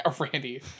Randy